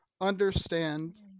understand